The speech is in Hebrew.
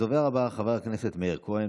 הדובר הבא, חבר הכנסת מאיר כהן.